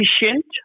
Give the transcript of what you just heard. efficient